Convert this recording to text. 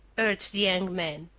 urged the young man.